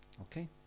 Okay